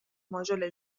ماژول